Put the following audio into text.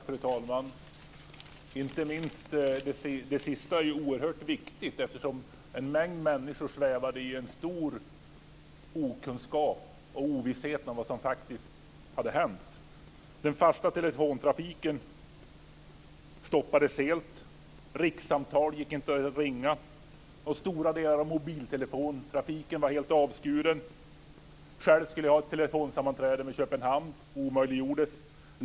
Fru talman! Inte minst det sista är oerhört viktigt, eftersom en mängd människor svävade i stor okunskap och ovisshet om vad som faktiskt hade hänt. Den fasta telefontrafiken stoppades helt. Rikssamtal gick inte att ringa. Stora delar av mobiltelefontrafiken var helt avskuren. Själv skulle jag ha ett telefonsammanträde med Köpenhamn. Det omöjliggjordes.